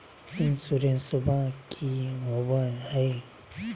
इंसोरेंसबा की होंबई हय?